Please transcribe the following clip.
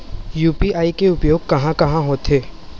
UPI के उपयोग कहां कहा होथे?